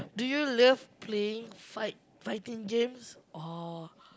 do you love playing fight fighting games or